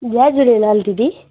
जय झूलेलाल दीदी